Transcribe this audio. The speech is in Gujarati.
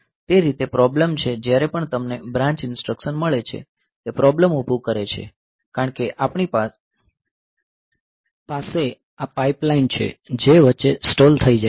તે રીતે પ્રોબ્લેમ છે જ્યારે પણ તમને બ્રાન્ચ ઇન્સટ્રશન મળે છે તે પ્રોબ્લેમ ઊભી કરે છે કારણ કે આપણી પાસે આ પાઇપલાઇન છે જે વચ્ચે સ્ટોલ થઈ જાય છે